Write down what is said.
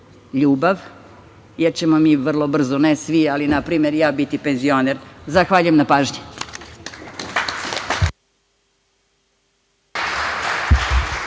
ljubav, jer ćemo mi vrlo brzo, ne svi, ali npr. ja biti penzioner. Zahvaljujem na pažnji.